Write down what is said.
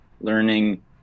learning